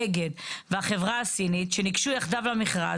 אגד והחברה הסינית שניגשו יחדיו למכרז,